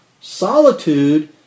Solitude